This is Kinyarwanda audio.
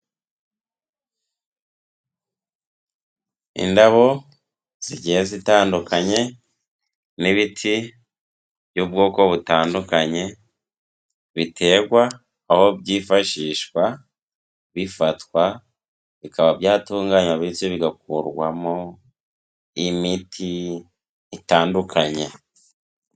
Indabo zigiye zitandukanye n'ibiti by'ubwoko butandukanye bitegwa, aho byifashishwa bifatwa bikaba byatunganywa ndetse bigakurwamo imiti itandukanye.